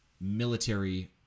military